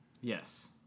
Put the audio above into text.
Yes